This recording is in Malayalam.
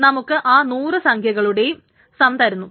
ഇത് നമുക്ക് ആ 100 സംഖ്യകളുടെയും സം തരുന്നു